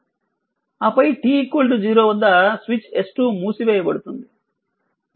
ఆపై t0 వద్ద switch S2 మూసివేయబడుతుంది